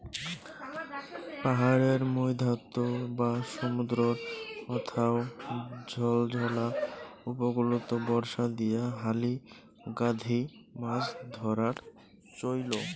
পাহাড়ের মইধ্যত বা সমুদ্রর অথাও ঝলঝলা উপকূলত বর্ষা দিয়া হালি গাঁথি মাছ ধরার চইল